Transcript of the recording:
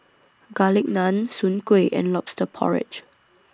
Garlic Naan Soon Kuih and Lobster Porridge